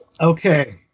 Okay